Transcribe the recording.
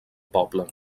poble